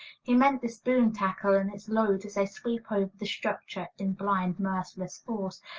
he meant this boom-tackle and its load as they sweep over the structure in blind, merciless force.